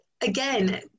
again